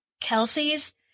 Kelsey's